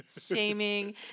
Shaming